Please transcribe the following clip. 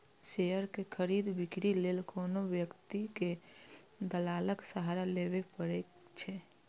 share के खरीद, बिक्री लेल कोनो व्यक्ति कें दलालक सहारा लेबैए पड़ै छै